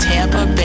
Tampa